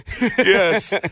Yes